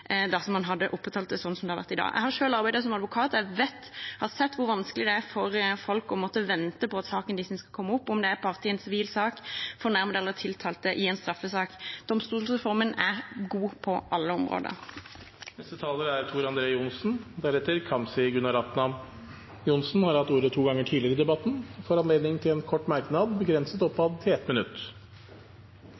man hadde opprettholdt det sånn som det har vært. Jeg har selv arbeidet som advokat, og jeg har sett hvor vanskelig det er for folk å måtte vente på at saken deres skal komme opp, om det er som part i en sivil sak, fornærmede eller tiltalte i en straffesak. Domstolsreformen er god på alle områder. Representanten Tor André Johnsen har hatt ordet to ganger tidligere i debatten og får ordet til en kort merknad, begrenset